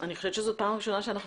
אני חושבת שזאת פעם ראשונה שאנחנו